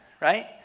Right